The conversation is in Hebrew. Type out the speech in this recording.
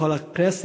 לכל הכנסת,